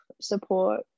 support